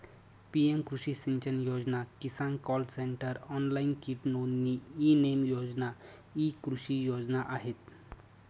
PM कृषी सिंचन योजना, किसान कॉल सेंटर, ऑनलाइन कीट नोंदणी, ई नेम योजना इ कृषी योजना आहेत